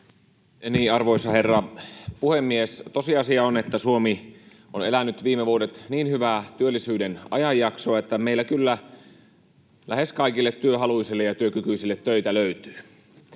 Arvoisa herra puhemies! Tosiasia on, että Suomi on elänyt viime vuodet niin hyvää työllisyyden ajanjaksoa, että meillä kyllä lähes kaikille työhaluisille ja työkykyisille töitä löytyy.